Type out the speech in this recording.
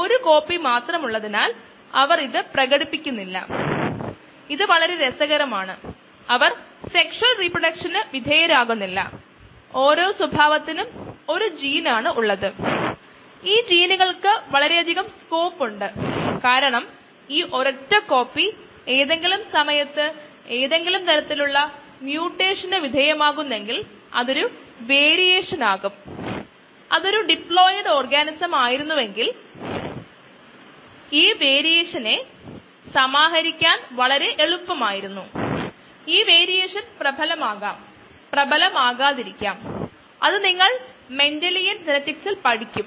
ഈ ഫേസസ് ഈ സമവാക്യം വളരെ വ്യക്തമായി വിവരിച്ചിട്ടില്ല പക്ഷേ ഒരു ഡിസൈൻ തീരുമാനങ്ങൾ എടുക്കുന്നതിന് അവ അറിയുന്നതിനോ നമ്മുടെ ഉദ്ദേശ്യങ്ങൾക്കായി അവ വിവരിക്കുന്നതിനോ വളരെ ആവശ്യമായി വരില്ല അതിനാൽ നമ്മൾ അതിലേക്ക് കടക്കില്ല